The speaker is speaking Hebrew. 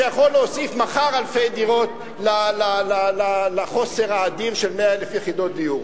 שיכול מחר להוסיף אלפי דירות לחוסר האדיר של 100,000 יחידות דיור.